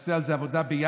נעשה על זה עבודה ביחד